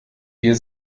wir